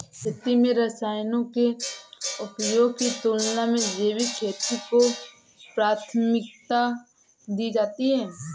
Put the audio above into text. खेती में रसायनों के उपयोग की तुलना में जैविक खेती को प्राथमिकता दी जाती है